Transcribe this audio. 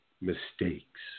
mistakes